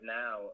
now